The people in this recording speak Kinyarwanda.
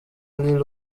lil